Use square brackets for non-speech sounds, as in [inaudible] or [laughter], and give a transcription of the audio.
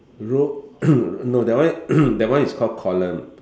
row [coughs] no that one [coughs] that one is called column